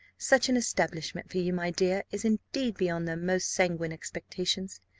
such an establishment for you, my dear, is indeed beyond their most sanguine expectations.